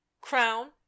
Crown